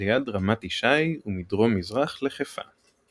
ליד רמת ישי ומדרום מזרח לחיפה.